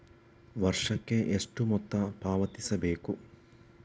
ವರ್ಷಕ್ಕೆ ಎಷ್ಟು ಮೊತ್ತ ಪಾವತಿಸಬೇಕು?